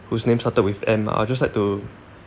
whose name started with M I'd just like to